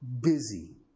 busy